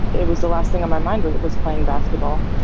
it was the last thing on my mind, was was playing basketball,